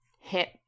hip